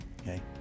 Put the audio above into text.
Okay